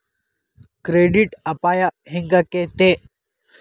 Credit ಅಪಾಯಾ ಹೆಂಗಾಕ್ಕತೇ?